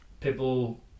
people